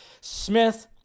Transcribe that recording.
Smith